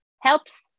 helps